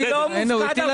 אני לא מופקד על חוק חדש.